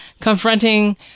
confronting